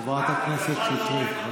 חברת הכנסת שטרית.